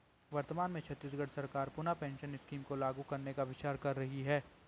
वर्तमान में छत्तीसगढ़ सरकार पुनः पेंशन स्कीम को लागू करने का विचार कर रही है